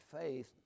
faith